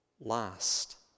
last